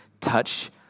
touch